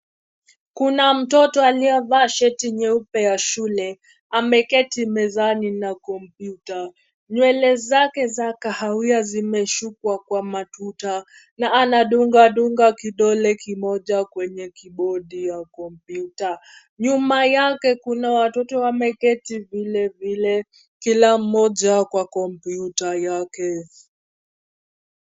Kuna mtoto aliyevaa shati nyeupe ya shule, ameketi mezani na kompyuta. Nywele zake za kahawia zimeshukwa kwenye na matuta na anadunga dunga kidole kimoja kwenye kibodi ya kompyuta. Nyuma yake kuna watoto wameketi vile vile kila mmoja kwa kompyuta yake.